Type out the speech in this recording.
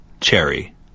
cherry